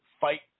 fight